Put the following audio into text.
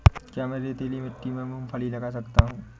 क्या मैं रेतीली मिट्टी में मूँगफली लगा सकता हूँ?